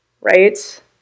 right